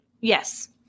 Yes